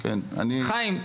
חיים,